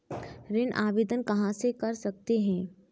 ऋण आवेदन कहां से कर सकते हैं?